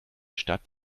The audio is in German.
stadt